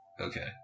Okay